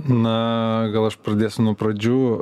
na gal aš pradėsiu nuo pradžių